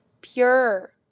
pure